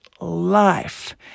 life